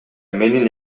менин